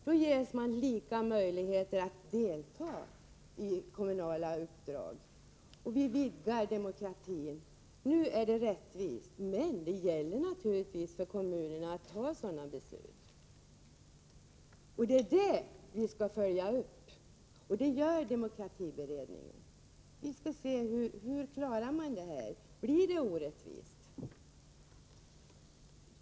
Nu ges man lika möjlighet att delta i kommunala uppdrag, och därmed vidgar vi demokratin. Nu är det rättvist, men det gäller naturligtvis för kommunerna att ta sådana beslut. Det är detta vi skall följa upp, och det gör demokratiberedningen. Vi skall se hur man klarar saken. Blir det orättvist?